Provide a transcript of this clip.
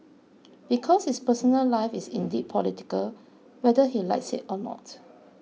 because his personal life is indeed political whether he likes it or not